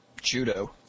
judo